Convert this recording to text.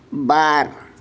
ᱵᱟᱨ